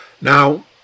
Now